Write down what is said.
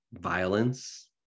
violence